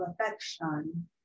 affection